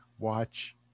Watch